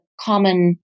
common